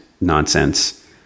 nonsense